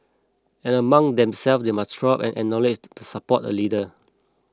and among themselves they must throw up and acknowledge to support a leader